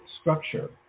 structure